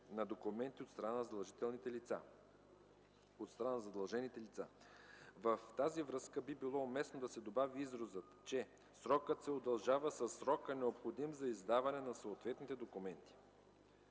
на документи от страна на задължените лица. В тази връзка би било уместно да се добави изразът „срокът се удължава със срока, необходим за издаване на съответните документи”.